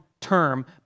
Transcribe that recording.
term